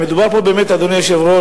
מדובר פה, באמת, אדוני היושב-ראש,